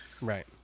right